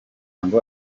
ngo